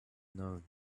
known